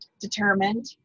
determined